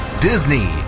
Disney